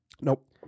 Nope